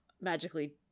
magically